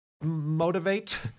motivate